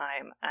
time